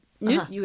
news